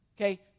Okay